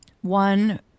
one